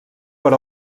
per